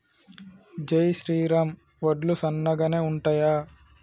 జై శ్రీరామ్ వడ్లు సన్నగనె ఉంటయా?